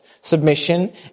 submission